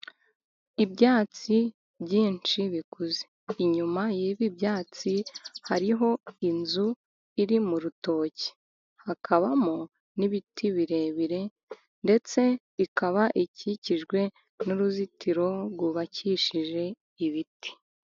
Ibyatsi byinshi bikuze inyuma y' ibi byatsi hariho inzu iri mu rutoki, hakabamo n' ibiti birebire ndetse ikaba ikikijwe n' uruzitiro rw' ubakishije ibiti.